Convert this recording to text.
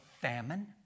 famine